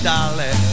Dolly